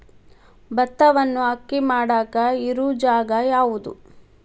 ಭತ್ತವನ್ನು ಅಕ್ಕಿ ಮಾಡಾಕ ಇರು ಜಾಗ ಯಾವುದು?